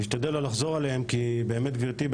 נשתדל לא לחזור עליהם כי באמת גבירתי,